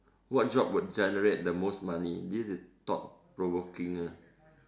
what job would generate the most money this is thought provoking